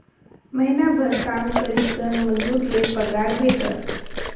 महिनाभर काम करीसन मजूर ले पगार भेटेस